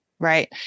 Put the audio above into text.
Right